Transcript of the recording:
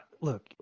look